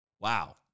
wow